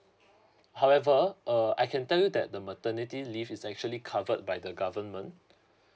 however uh I can tell you that the maternity leave is actually covered by the government